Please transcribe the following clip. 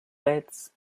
beds